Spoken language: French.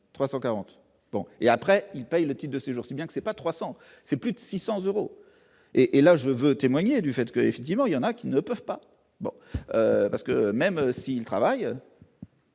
340 bon, et après ils payent le type de séjour, si bien que c'est pas 300, c'est plus de 600 euros et et là je veux témoigner du fait que, effectivement, il y en a qui ne peuvent pas, parce que même si le travail.